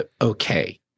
okay